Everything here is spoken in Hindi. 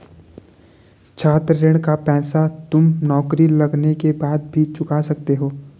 छात्र ऋण का पैसा तुम नौकरी लगने के बाद भी चुका सकते हो